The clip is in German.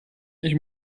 ich